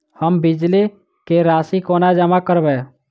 हम बिजली कऽ राशि कोना जमा करबै?